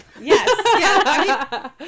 Yes